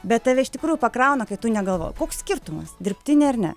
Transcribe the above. bet tave iš tikrųjų pakrauna tai tu negalvok koks skirtumas dirbtinė ar ne